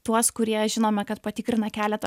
tuos kurie žinome kad patikrina keletą